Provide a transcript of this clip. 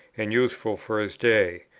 and useful for his day,